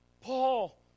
Paul